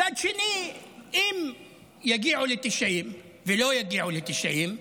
מצד שני, אם יגיעו ל-90, ולא יגיעו ל-90,